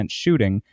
shooting